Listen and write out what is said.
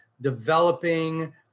developing